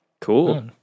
Cool